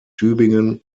tübingen